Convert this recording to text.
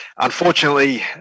Unfortunately